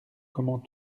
comment